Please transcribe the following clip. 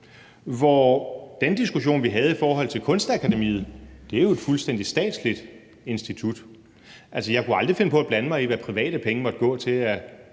I den diskussion, vi havde om Kunstakademiet, er det jo et fuldstændig statsligt institut. Jeg kunne aldrig finde på at blande mig i, hvad private penge måtte gå til.